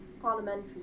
parliamentary